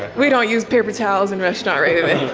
we don't use paper towels and restaurant, right?